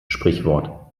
sprichwort